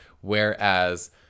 whereas